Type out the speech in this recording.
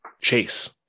chase